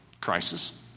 Crisis